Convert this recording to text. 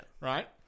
Right